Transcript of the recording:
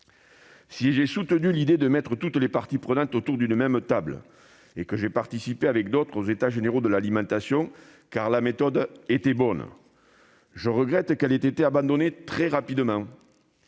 Si j'ai soutenu l'idée de mettre toutes les parties prenantes autour d'une même table et si j'ai, avec d'autres, participé aux États généraux de l'alimentation, car la méthode était bonne, je regrette que celle-ci ait été abandonnée très rapidement.